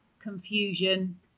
confusion